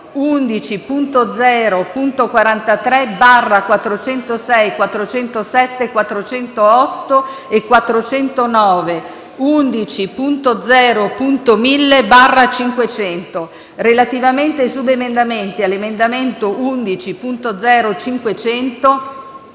11.0.43/408 e 11.0.43/409; 11.0.1000/500. Relativamente ai subemendamenti all'emendamento 11.0.500